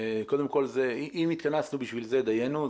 קודם כל אם התכנסנו בשביל זה דיינו,